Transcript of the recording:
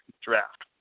draft